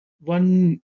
one